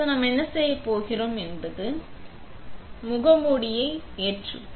இப்போது நாம் என்ன செய்யப் போகிறோம் என்பது முகமூடியை ஏற்றுகிறது